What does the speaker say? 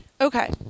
Okay